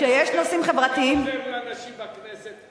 כשיש נושאים חברתיים, לא, עוזר לנשים בכנסת.